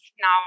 Now